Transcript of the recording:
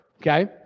okay